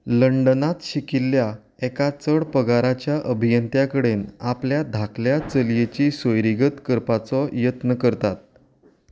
लंडनांत शिकिल्ल्या एका चड पगाराच्या अभियंत्या कडेन आपल्या धाकल्या चलयेची सोयरीगत करपाचो यत्न करतात